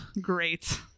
great